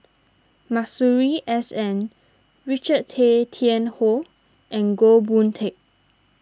Masuri S N Richard Tay Tian Hoe and Goh Boon Teck